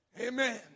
Amen